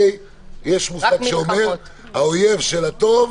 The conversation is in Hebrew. יש מושג שאומר: האויב של הטוב